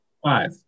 five